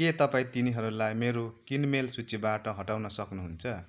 के तपाईँ तिनीहरूलाई मेरो किनमेल सूचीबाट हटाउन सक्नुहुन्छ